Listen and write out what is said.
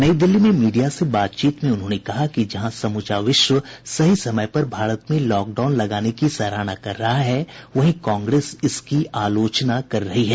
नई दिल्ली में मीडिया से बातचीत में उन्होंने कहा कि जहां समूचा विश्व सही समय पर भारत में लॉकडाउन लगाने की सराहना कर रहा है वहीं कांग्रेस इसकी आलोचना कर रही है